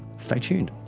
stay tuned.